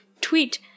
tweet